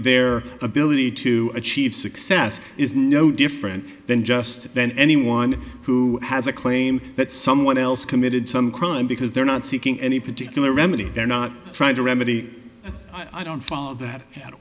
their ability to achieve success is no different than just then anyone who has a claim that someone else committed some crime because they're not seeking any particular remedy they're not trying to remedy i don't follow that